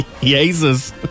Jesus